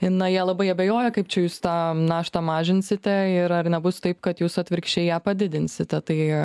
na jie labai abejoja kaip čia jūs tą naštą mažinsite ir ar nebus taip kad jūs atvirkščiai ją padidinsite tai